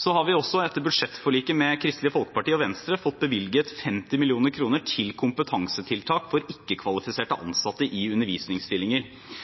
Så har vi også etter budsjettforliket med Kristelig Folkeparti og Venstre fått bevilget 50 mill. kr til kompetansetiltak for ikke-kvalifiserte ansatte i undervisningsstillinger.